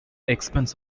expense